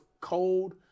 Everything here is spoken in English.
cold